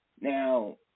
Now